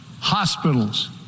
hospitals